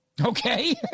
Okay